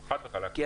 לא, חד-וחלק, לא.